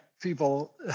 people